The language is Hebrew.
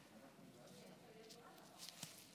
אדוני היושב-ראש,